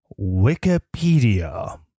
Wikipedia